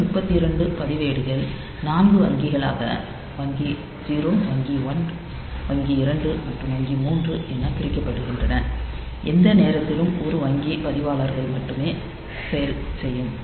இந்த முப்பத்திரண்டு பதிவேடுகள் நான்கு வங்கிகளாக வங்கி 0 வங்கி 1 வங்கி 2 மற்றும் வங்கி 3 என பிரிக்கப்படுகின்றன எந்த நேரத்திலும் ஒரு வங்கி பதிவாளர்கள் மட்டுமே செயல் செய்யும்